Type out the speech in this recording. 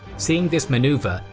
seeing this maneuverer,